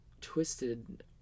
twisted